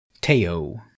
teo